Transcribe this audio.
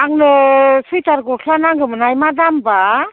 आंनो सुइटार गस्ला नांगौमोनहाय मा दामबा